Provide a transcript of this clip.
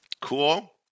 cool